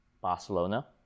Barcelona